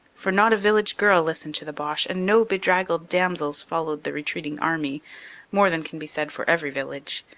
for not a village girl listened to the boche and no bedraggled damsels followed the retreating army more than can be said for every village.